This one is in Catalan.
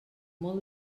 molt